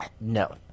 No